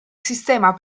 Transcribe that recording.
sistema